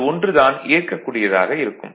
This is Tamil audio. அதில் ஒன்று தான் ஏற்கக் கூடியதாக இருக்கும்